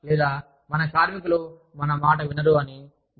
లేదా మన కార్మికులు మన మాట వినరు అని మన భావించినప్పుడు